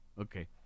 Okay